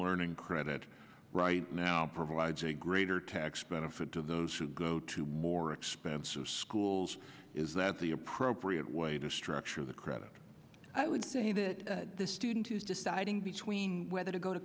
learning credit right now provides a greater tax benefit to those who go to more expensive schools is that the appropriate way to structure the credit i would say that the student who's deciding between whether to go to